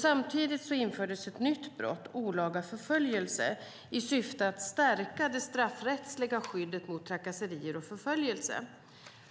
Samtidigt infördes ett nytt brott, olaga förföljelse, i syfte att stärka det straffrättsliga skyddet mot trakasserier och förföljelse.